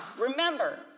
remember